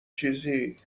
چیزی